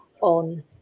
on